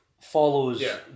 follows